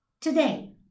Today